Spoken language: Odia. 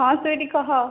ହଁ ସୁଇଟି କହ